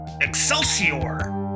Excelsior